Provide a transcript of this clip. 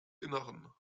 innern